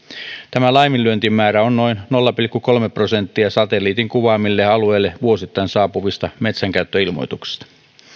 tämä laiminlyöntimäärä on noin nolla pilkku kolme prosenttia satelliitin kuvaamille alueille vuosittain saapuvista metsänkäyttöilmoituksista